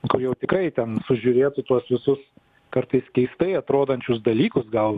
kur jau tikrai ten sužiūrėtų tuos visus kartais keistai atrodančius dalykus gal